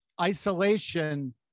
isolation